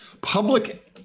Public